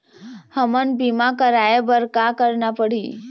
हमन बीमा कराये बर का करना पड़ही?